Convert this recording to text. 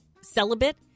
celibate